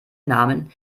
namen